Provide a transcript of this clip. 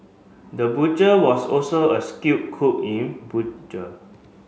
the butcher was also a skilled cook in